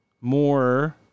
more